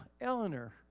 Eleanor